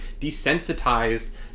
desensitized